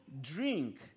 drink